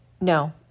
no